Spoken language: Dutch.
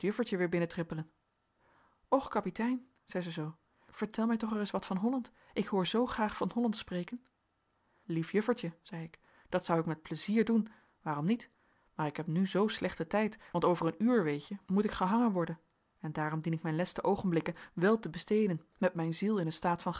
juffertje weer binnentrippelen och kapitein zei ze zoo vertel mij toch ereis wat van holland ik hoor zoo graag van holland spreken lief juffertje zei ik dat zou ik met plezier doen waarom niet maar ik heb nu zoo slecht den tijd want over een uur weet je moet ik gehangen worden en daarom dien ik mijn leste oogenblikken wel te besteden met mijn ziel in een staat van